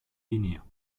guinea